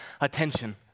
attention